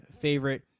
favorite